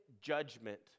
judgment